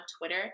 Twitter